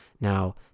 Now